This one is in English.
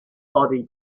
body